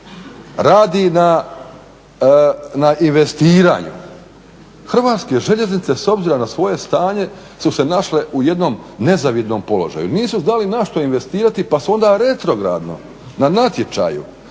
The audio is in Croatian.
radi na investiranju HŽ s obzirom na svoje stanje su se našle u jednom nezavidnom položaju. Nisu znali na što investirati pa su onda retrogradno na natječaju